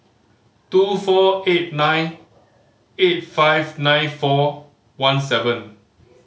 two four eight nine eight five nine four one seven